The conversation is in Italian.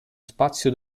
spazio